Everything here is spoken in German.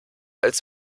als